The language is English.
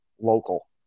local